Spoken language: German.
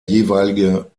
jeweilige